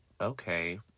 okay